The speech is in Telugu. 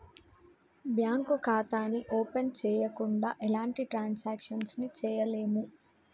బ్యేంకు ఖాతాని ఓపెన్ చెయ్యకుండా ఎలాంటి ట్రాన్సాక్షన్స్ ని చెయ్యలేము